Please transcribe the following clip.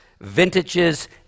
vintages